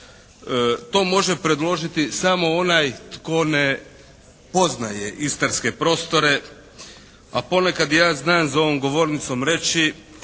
To može predložiti samo onaj tko ne poznaje istarske prostore a ponekad i ja znam za ovom govornicom reći